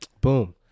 Boom